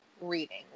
reading